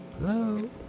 Hello